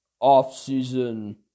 ...off-season